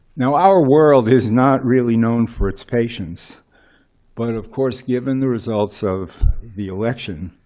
now, our world is not really known for its patience. but of course, given the results of the election,